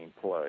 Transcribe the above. play